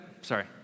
Sorry